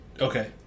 okay